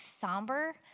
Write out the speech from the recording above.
somber